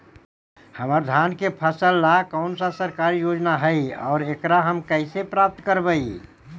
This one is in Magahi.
हमर धान के फ़सल ला कौन सा सरकारी योजना हई और एकरा हम कैसे प्राप्त करबई?